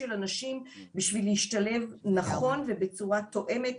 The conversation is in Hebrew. של הנשים בשביל להשתלב נכון ובצורה תואמת.